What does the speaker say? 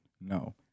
No